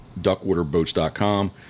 duckwaterboats.com